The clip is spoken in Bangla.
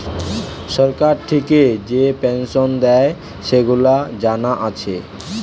সরকার থিকে যে পেনসন দেয়, সেগুলা জানা আছে